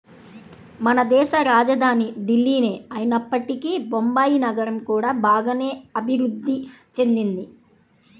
మనదేశ రాజధాని ఢిల్లీనే అయినప్పటికీ బొంబాయి నగరం కూడా బాగానే అభిరుద్ధి చెందింది